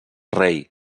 rei